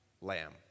Lamb